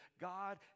God